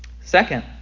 Second